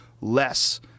less